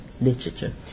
literature